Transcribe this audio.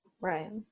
Right